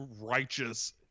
righteous